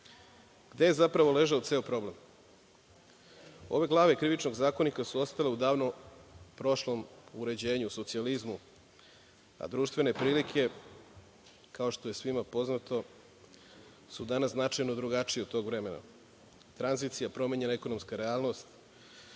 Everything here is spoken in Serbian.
je zapravo ležao ceo problem? Ove glave Krivičnog zakonika su ostale u davno prošlom uređenju, u socijalizmu, a društvene prilike, kao što je svima poznato, su danas značajno drugačija od tog vremena. Tranzicija, promenjena ekonomska realnost,